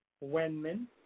Wenman